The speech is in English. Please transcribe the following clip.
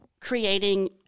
creating